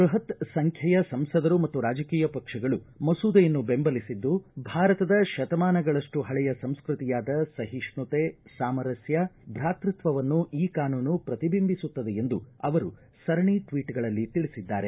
ಬೃಹತ್ ಸಂಖ್ಯೆಯ ಸಂಸದರು ಮತ್ತು ರಾಜಕೀಯ ಪಕ್ಷಗಳು ಮಸೂದೆಯನ್ನು ಬೆಂಬಲಿಸಿದ್ದು ಭಾರತದ ಶತಮಾನಗಳಷ್ಟು ಪಳೆಯ ಸಂಸ್ಕೃತಿಯಾದ ಸಹಿಷ್ಟುತೆ ಸಾಮರಸ್ಕ ಭಾತೃತ್ವವನ್ನು ಈ ಕಾನೂನು ಪ್ರತಿಬಿಂಬಿಸುತ್ತದೆ ಎಂದು ಅವರು ಸರಣಿ ಟ್ವೀಟ್ಗಳಲ್ಲಿ ತಿಳಿಸಿದ್ದಾರೆ